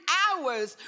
hours